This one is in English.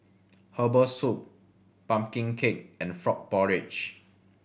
herbal soup pumpkin cake and frog porridge